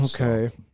Okay